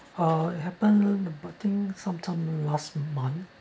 uh it happened but I think sometime last month